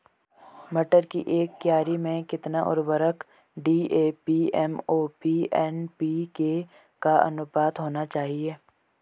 मटर की एक क्यारी में कितना उर्वरक डी.ए.पी एम.ओ.पी एन.पी.के का अनुपात होना चाहिए?